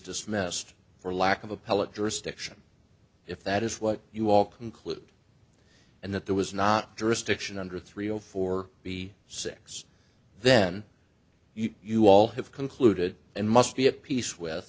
dismissed for lack of appellate jurisdiction if that is what you all conclude and that there was not jurisdiction under three or four b six then you all have concluded and must be at peace with